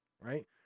right